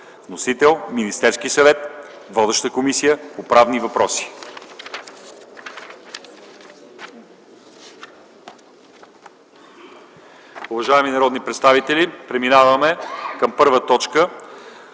Вносител – Министерският съвет. Водеща е Комисията по правни въпроси.